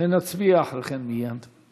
ונצביע מייד אחרי כן.